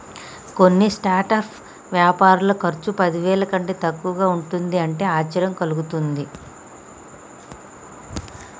కొన్ని స్టార్టప్ వ్యాపారుల ఖర్చు పదివేల కంటే తక్కువగా ఉంటుంది అంటే ఆశ్చర్యం కలుగుతుంది